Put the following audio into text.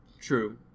True